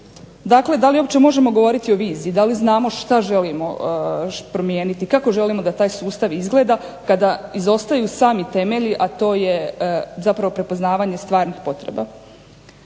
Dakle da li uopće možemo govoriti o viziji? Da li znamo šta želimo promijeniti? Kako želimo da taj sustav izgleda, kada izostaju sami temelji, a to je zapravo prepoznavanje stvarnih potreba?